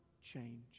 change